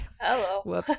hello